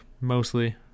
mostly